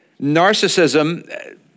Narcissism